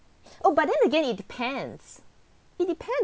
oh but then again it depends it depends